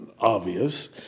obvious